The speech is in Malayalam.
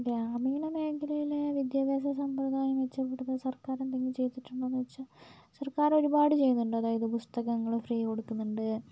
ഗ്രാമീണ മേഘലയിലെ വിദ്യാഭ്യാസ സമ്പ്രദായം എന്ന് വെച്ചാൽ ഇവിടെ ഇപ്പോൾ സർക്കാർ എന്തെങ്കിലും ചെയ്തിട്ടുണ്ടോ എന്ന് ചോദിച്ചാൽ സർക്കാർ ഒരുപാട് ചെയ്യുന്നുണ്ട് അതായത് പുസ്തകങ്ങൾ ഫ്രീ കൊടുക്കുന്നുണ്ട്